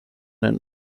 and